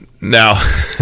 Now